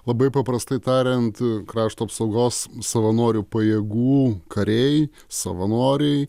labai paprastai tariant krašto apsaugos savanorių pajėgų kariai savanoriai